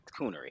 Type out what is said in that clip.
Coonery